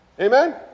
Amen